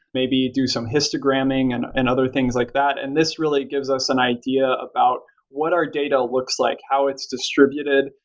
maybe do some histogramming and and other things like that. and this really gives us an idea about what our data looks like, how it's distributed.